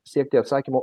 siekti atsakymo